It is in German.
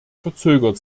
verzögert